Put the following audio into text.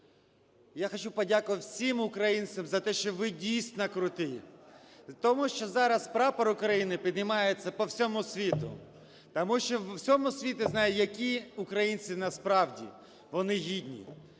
Я хочу подякувати всім українцям за те, що ви дійсно круті. Тому що зараз прапор України піднімається по всьому світу. Тому що в усьому світі знають, які українці насправді. Вони гідні,